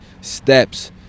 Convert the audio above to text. steps